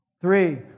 Three